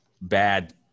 bad